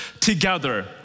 together